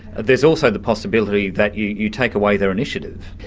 there is also the possibility that you you take away their initiative.